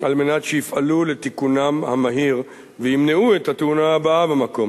על מנת שיפעלו לתיקונם המהיר וימנעו את התאונה הבאה במקום.